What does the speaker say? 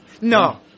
No